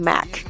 Mac